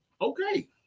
Okay